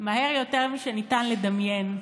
מהר יותר משניתן לדמיין,